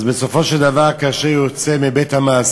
אז בסופו של דבר, כאשר הוא יוצא מבית-המאסר